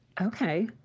Okay